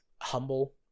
humble